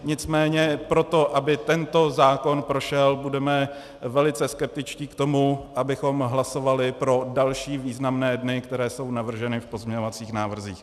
Nicméně proto, aby tento zákon prošel, budeme velice skeptičtí k tomu, abychom hlasovali pro další významné dny, které jsou navrženy v pozměňovacích návrzích.